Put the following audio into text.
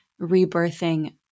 rebirthing